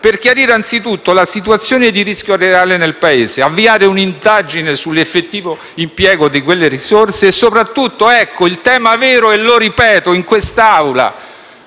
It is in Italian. per chiarire anzitutto la situazione di rischio reale nel Paese e avviare un'indagine sull'effettivo impiego di quelle risorse. Soprattutto, però, il tema vero - lo ripeto in quest'Aula